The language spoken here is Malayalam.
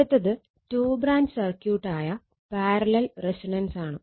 അടുത്തത് ടു ബ്രാഞ്ച് സർക്യൂട്ടായ പാരലൽ റെസൊണൻസ് ആണ്